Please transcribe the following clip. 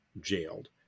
jailed